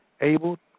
able